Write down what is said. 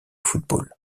football